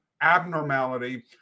abnormality